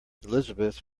elizabeth